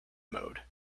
mode